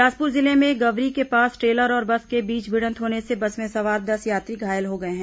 बिलासपुर जिले में गवरी के पास ट्रेलर और बस के बीच भिडंत होने से बस में सवार दस यात्री घायल हो गए हैं